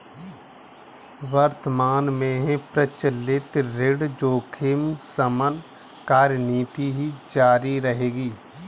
वर्तमान में प्रचलित ऋण जोखिम शमन कार्यनीति जारी रहेगी